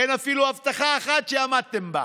אין אפילו הבטחה אחת שעמדתם בה,